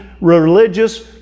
religious